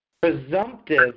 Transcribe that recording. presumptive